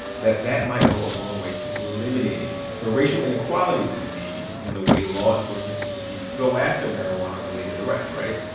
that that might go a long way to eliminating the racial inequality we see in the way law enforcement agencies go after marijuana-related arrests, right?